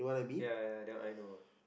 ya ya the I know